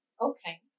Okay